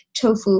tofu